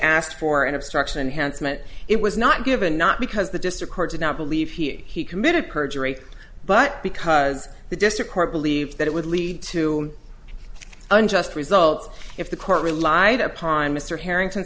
asked for an obstruction hence meant it was not given not because the district court did not believe he committed perjury but because the district court believed that it would lead to unjust result if the court relied upon mr harrington